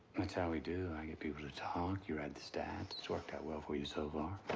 that's how we do. i get people to talk, you write the stats. it's worked out well for you so far.